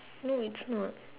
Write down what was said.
no it's not